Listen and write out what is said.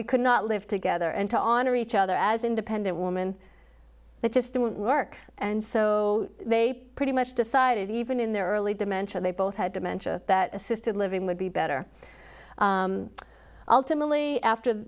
we could not live together and to honor each other as independent woman that just didn't work and so they pretty much decided even in their early dementia they both had dementia that assisted living would be better all timidly after